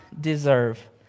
deserve